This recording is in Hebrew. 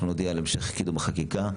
אנחנו נודיע על המשך קידום החקיקה.